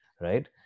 right